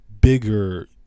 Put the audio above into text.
bigger